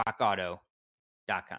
rockauto.com